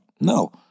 no